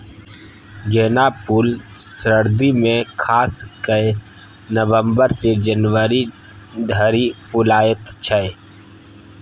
गेना फुल सर्दी मे खास कए नबंबर सँ जनवरी धरि फुलाएत छै